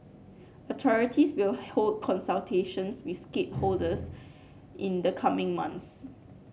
authorities will hold consultations with stakeholders in the coming months